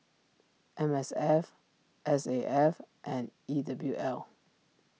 M S F S A F and E W L